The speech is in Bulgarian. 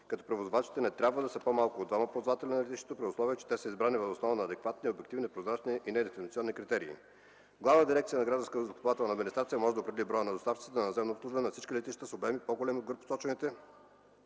като превозвачите не трябва да се по-малко от двама ползватели на летището, при условие че те са избрани въз основа на адекватни, обективни, прозрачни и недискриминационни критерии. Главна дирекция „Гражданска въздухоплавателна администрация” може да определи броя на доставчиците на наземно обслужване на всички летища с обеми, по-големи от горепосочените